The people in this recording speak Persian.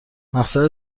مقصد